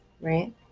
right